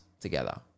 together